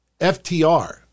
FTR